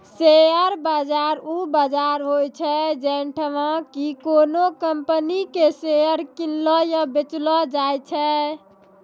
share बाजार उ बजार होय छै जैठां कि कोनो कंपनी के शेयर किनलो या बेचलो जाय छै